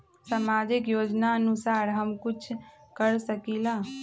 सामाजिक योजनानुसार हम कुछ कर सकील?